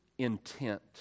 Intent